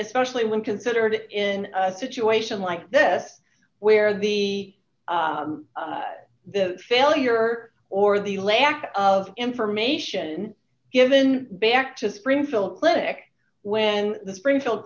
especially when considered in a situation like this where the failure or the lack of information given back to springfield clinic when the springfield